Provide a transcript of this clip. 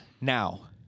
Now